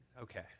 Okay